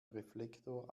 reflektor